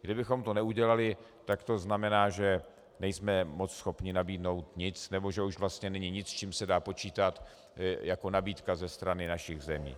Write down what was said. Kdybychom to neudělali, tak to znamená, že nejsme moc schopni nabídnout nic, nebo že už vlastně není nic, s čím se dá počítat jako nabídka ze strany našich zemí.